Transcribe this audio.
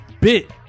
bit